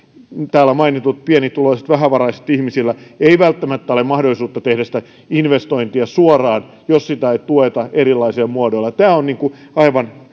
täällä mainituilla pienituloisilla vähävaraisilla ihmisillä ei välttämättä ole mahdollisuutta tehdä sitä investointia suoraan jos sitä ei tueta erilaisilla muodoilla tämä on aivan